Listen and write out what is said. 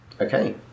Okay